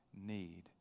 need